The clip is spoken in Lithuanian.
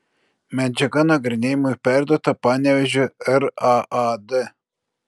medžiaga nagrinėjimui perduota panevėžio raad